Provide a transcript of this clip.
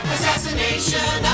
Assassination